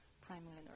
primary